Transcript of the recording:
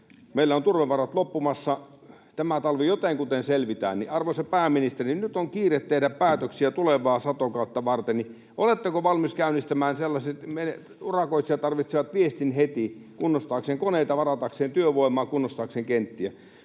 Meillä on turvevarat loppumassa. Tämä talvi jotenkuten selvitään. Arvoisa pääministeri, nyt on kiire tehdä päätöksiä tulevaa satokautta varten. Urakoitsijat tarvitsevat viestin heti kunnostaakseen koneita, varatakseen työvoimaa, kunnostaakseen kenttiä.